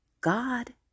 God